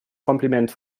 kompliment